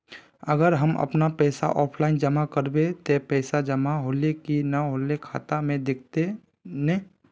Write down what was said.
अगर हम अपन पैसा ऑफलाइन जमा करबे ते पैसा जमा होले की नय इ ते खाता में दिखते ने?